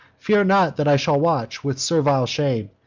fear not that i shall watch, with servile shame,